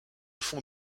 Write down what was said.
fond